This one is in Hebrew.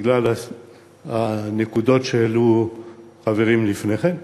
בגלל הנקודות שהעלו חברים לפני כן,